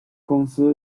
公司